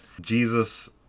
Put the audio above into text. Jesus